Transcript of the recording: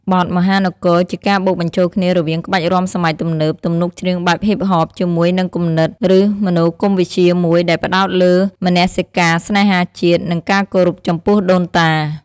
បទ "មហានគរ" ជាការបូកបញ្ចូលគ្នារវាងក្បាច់រាំសម័យទំនើប ទំនុកច្រៀងបែបហ៊ីបហប ជាមួយនឹងគំនិត ឬមនោគមវិជ្ជាមួយដែលផ្តោតលើមនសិការស្នេហាជាតិ និងការគោរពចំពោះដូនតា។